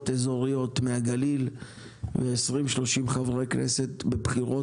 אזוריות מהגליל ו-30-20 חברי כנסת בבחירות